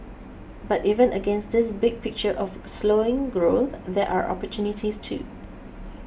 but even against this big picture of slowing growth there are opportunities too